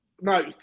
No